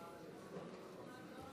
כבוד